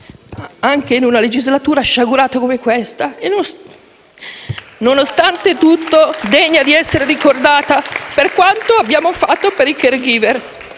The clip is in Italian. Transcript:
anche in una legislatura sciagurata come questa e, nonostante tutto, degna di essere ricordata per quanto abbiamo fatto per i *caregiver.